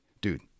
dude